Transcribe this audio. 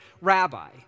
rabbi